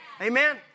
Amen